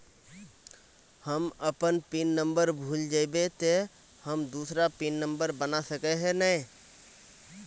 हम अपन pin number भूल जयबे ते हम दूसरा पिन नंबर बना सके है नय?